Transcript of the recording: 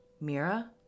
Mira